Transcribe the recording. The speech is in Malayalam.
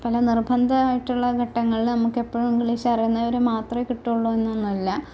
പല നിർബന്ധമായിട്ടുള്ള ഘട്ടങ്ങളിൽ നമുക്കെപ്പോഴും ഇംഗ്ലീഷ് അറിയുന്നവര് മാത്രമെ കിട്ടുകയുള്ളു എന്നൊന്നുവല്ല